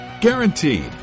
Guaranteed